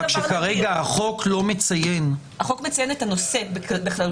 רק שכרגע החוק לא מציין --- החוק מציין את הנושא בכללותו.